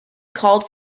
called